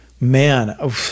Man